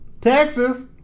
Texas